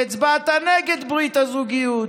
והצבעת נגד ברית הזוגיות.